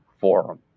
forum